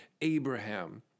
Abraham